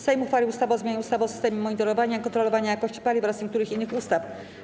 Sejm uchwalił ustawę o zmianie ustawy o systemie monitorowania i kontrolowania jakości paliw oraz niektórych innych ustaw.